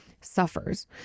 suffers